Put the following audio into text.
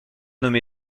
nommé